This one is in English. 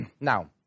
Now